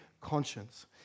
conscience